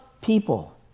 people